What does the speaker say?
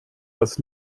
das